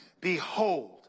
Behold